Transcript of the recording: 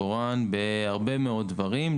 מקורן בהרבה מאוד דברים,